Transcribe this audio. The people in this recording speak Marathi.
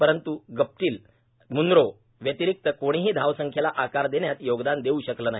परंतू गप्टील मुद्रो व्यतिरिक्त कोणीही धावसंख्येला आकार देण्यात योगदान देऊ शकलं नाही